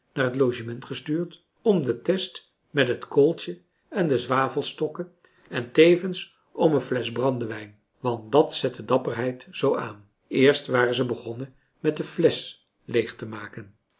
naar het logement gestuurd om de test met het kooltje en de zwavelstokken en tevens om een flesch brandewijn want dat zet de dapperheid zoo aan eerst waren ze begonnen met de flesch leeg te maken